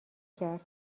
کرد